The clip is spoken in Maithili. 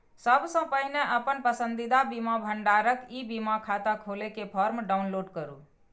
सबसं पहिने अपन पसंदीदा बीमा भंडारक ई बीमा खाता खोलै के फॉर्म डाउनलोड करू